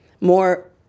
More